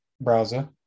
browser